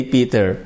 Peter